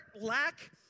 lack